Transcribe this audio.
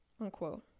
unquote